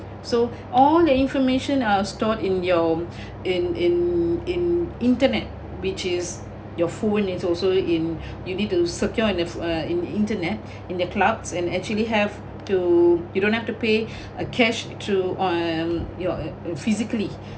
so all the information are stored in your in in in internet which is your phone is also in you need to secure in your ph~ uh in the internet in the clouds and actually have to you don't have to pay a cash to um your your physically